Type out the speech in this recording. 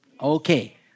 Okay